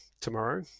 tomorrow